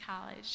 College